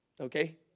Okay